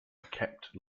kept